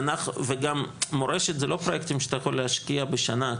וגם מורשת זה לא פרוייקטים שאתה יכול להשקיע בשנה.